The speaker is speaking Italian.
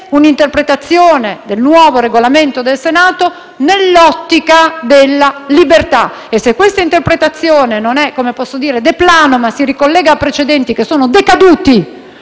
un'interpretazione del nuovo Regolamento del Senato nell'ottica della libertà e se questa interpretazione non va *de plano*, ma si ricollega a precedenti che sono decaduti